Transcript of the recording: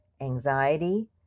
anxiety